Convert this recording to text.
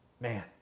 Man